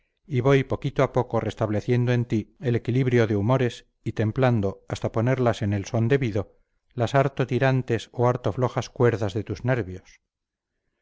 y voy poquito a poco restableciendo en ti el equilibrio de humores y templando hasta ponerlas en el son debido las harto tirantes o harto flojas cuerdas de tus nervios